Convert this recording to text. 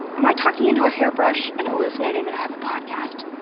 am i talking into a hairbrush and hallucinating that i have a podcast?